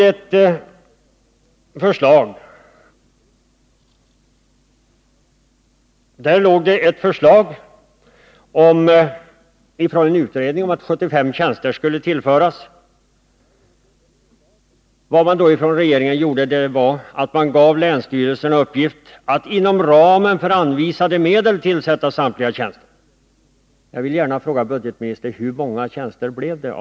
Ett förslag förelåg från en utredning om att 75 tjänster skulle tillföras myndigheten. I det läget valde regeringen att ge länsstyrelserna i uppgift att inom ramen för anvisade medel tillsätta samtliga tjänster. Jag vill gärna fråga budgetministern: Hur många tjänster blev det?